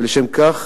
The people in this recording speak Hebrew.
ולשם כך